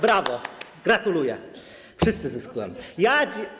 Brawo, gratuluję, wszyscy zyskują.